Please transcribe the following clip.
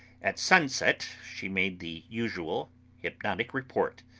at sunset she made the usual hypnotic report.